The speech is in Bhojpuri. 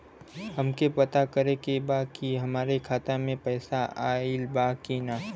हमके पता करे के बा कि हमरे खाता में पैसा ऑइल बा कि ना?